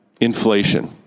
inflation